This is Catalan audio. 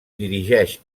dirigeix